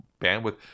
bandwidth